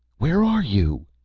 where are you?